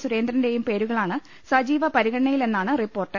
സൂരേന്ദ്രന്റെയും പേരുകളാണ് സജീവ പരിഗണനയിൽ എന്നാണ് റിപ്പോർട്ട്